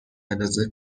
اندازه